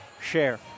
Share